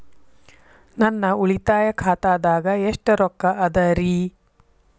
ನನ್ನ ಉಳಿತಾಯ ಖಾತಾದಾಗ ಎಷ್ಟ ರೊಕ್ಕ ಅದ ರೇ?